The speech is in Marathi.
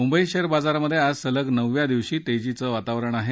मुंबई शेअर बाजारात आज सलग नवव्या दिवशी तेजीचं वातावरण आहे